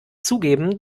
zugeben